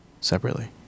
separately